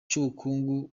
cy’ubukungu